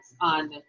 on